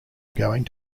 going